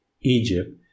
Egypt